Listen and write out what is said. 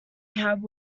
cab